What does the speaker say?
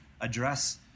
address